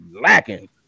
lacking